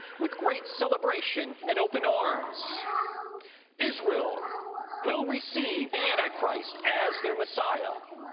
with great celebration and open arms israel will receive the antichrist as their messiah,